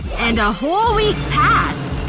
and a whole week passed,